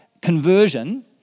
conversion